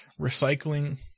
recycling